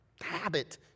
habit